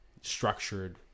structured